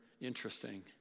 interesting